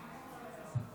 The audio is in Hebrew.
מתנגדים.